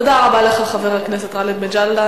תודה רבה לך, חבר הכנסת גאלב מג'אדלה.